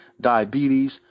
diabetes